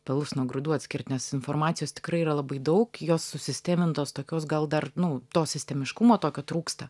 pelus nuo grūdų atskirt nes informacijos tikrai yra labai daug jos susistemintos tokios gal dar nu to sistemiškumo tokio trūksta